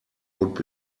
would